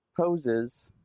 poses